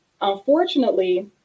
unfortunately